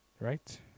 right